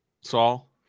Saul